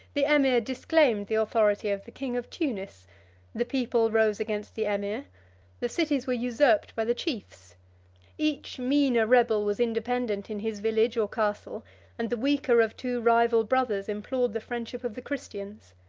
the emir disclaimed the authority of the king of tunis the people rose against the emir the cities were usurped by the chiefs each meaner rebel was independent in his village or castle and the weaker of two rival brothers implored the friendship of the christians.